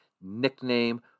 nickname